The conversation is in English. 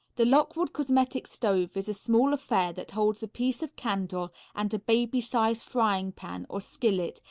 the lockwood cosmetic stove is a small affair that holds a piece of candle and a baby-size frying-pan, or skillet,